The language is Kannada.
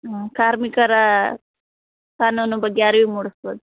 ಕಾರ್ಮಿಕರಾ ಕಾನೂನು ಬಗ್ಗೆ ಅರಿವು ಮೂಡಸ್ಬೋದು